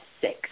six